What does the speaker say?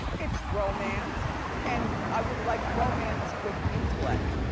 it's romance and i would like romance with intellect.